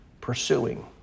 pursuing